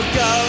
go